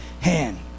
hand